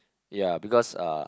yea because uh